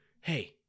hey